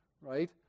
right